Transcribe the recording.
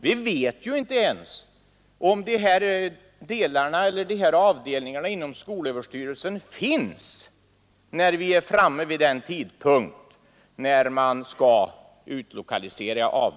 Vi vet ju inte ens om dessa avdelningar inom SÖ finns kvar vid den tidpunkt då de skall utlokaliseras.